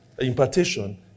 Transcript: Impartition